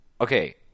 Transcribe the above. okay